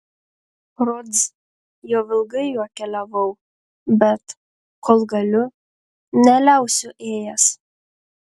rods jau ilgai juo keliavau bet kol galiu neliausiu ėjęs